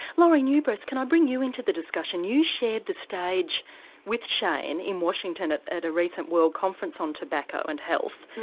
lori new breast can i bring you into the discussion, you shared the stage with shane in washington at at a recent world conference on tobacco and health.